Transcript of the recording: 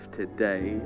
today